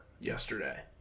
yesterday